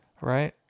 Right